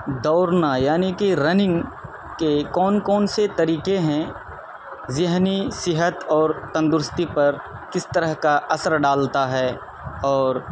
دوڑنا یعنی کہ رننگ کے کون کون سے طریقے ہیں ذہنی صحت اور تندرستی پر کس طرح کا اثر ڈالتا ہے اور